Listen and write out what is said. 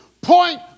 point